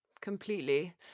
Completely